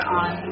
on